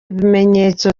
ibimenyetso